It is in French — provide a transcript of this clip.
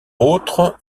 autres